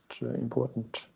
important